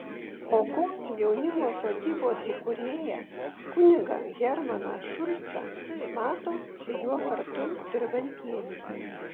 o kokį jaunimo sodybos įkūrėją kunigą hermaną šulcą mato su juo kartu dirbantieji